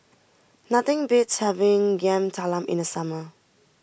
nothing beats having Yam Talam in the summer